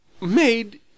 Made